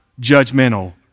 judgmental